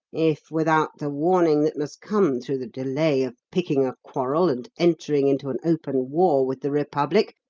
if, without the warning that must come through the delay of picking a quarrel and entering into an open war with the republic,